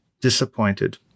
disappointed